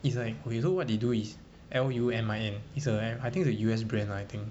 it's like okay so what they do is L U M I N it's a I think the U_S brand ah I think